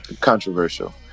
controversial